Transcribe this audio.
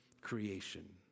creation